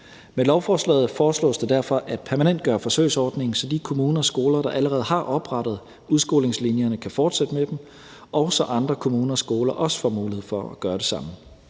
Med lovforslaget foreslås det derfor at permanentgøre forsøgsordningen, så de kommuner og skoler, der allerede har oprettet udskolingslinjer, kan fortsætte med dem, og så andre kommuner og skoler får mulighed for at gøre det samme.